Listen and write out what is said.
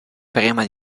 prima